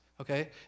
Okay